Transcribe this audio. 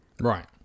Right